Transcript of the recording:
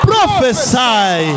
Prophesy